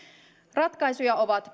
ratkaisuja ovat